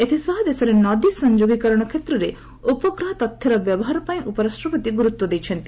ଏଥିସହ ଦେଶରେ ନଦୀ ସଂଯୋଗୀକରଣ କ୍ଷେତ୍ରରେ ଉପଗ୍ରହ ତଥ୍ୟର ବ୍ୟବହାର ପାଇଁ ଉପରାଷ୍ଟ୍ରପତି ଗୁରୁତ୍ୱ ଦେଇଛନ୍ତି